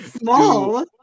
Small